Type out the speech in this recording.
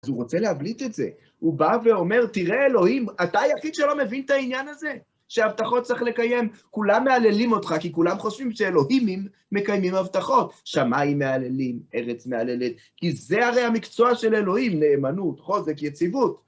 אז הוא רוצה להבליט את זה, הוא בא ואומר, תראה אלוהים, אתה היחיד שלא מבין את העניין הזה, שהבטחות צריך לקיים. כולם מהללים אותך, כי כולם חושבים שאלוהימים מקיימים הבטחות. שמיים מהללים, ארץ מהללת, כי זה הרי המקצוע של אלוהים, נאמנות, חוזק, יציבות.